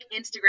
Instagram